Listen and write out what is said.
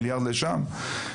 מיליארד לשם,